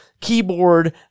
keyboard